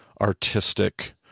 artistic